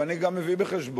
ואני גם מביא בחשבון,